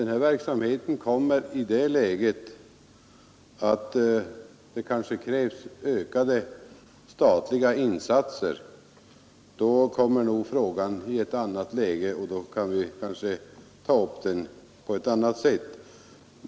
När verksamheten har utvecklats så att det kan krävas ökade statliga insatser kommer nog frågan i ett annat läge, och då kan vi kanske ta upp den på ett annat sätt.